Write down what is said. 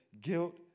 guilt